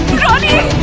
ronnie